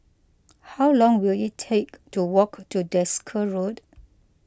how long will it take to walk to Desker Road